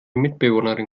mitbewohnerin